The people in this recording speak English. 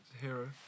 hero